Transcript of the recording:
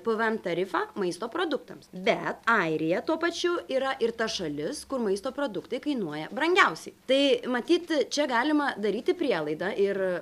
pvm tarifą maisto produktams bet airija tuo pačiu yra ir ta šalis kur maisto produktai kainuoja brangiausiai tai matyt čia galima daryti prielaidą ir